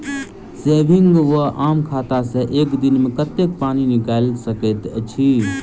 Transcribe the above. Saving वा आम खाता सँ एक दिनमे कतेक पानि निकाइल सकैत छी?